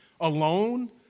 alone